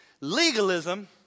Legalism